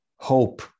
hope